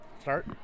start